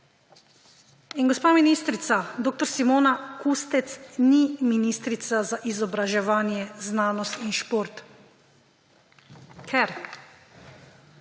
In gospa ministrica dr. Simona Kustec ni ministrica za izobraževanje, znanost in šport, ker